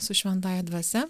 su šventąja dvasia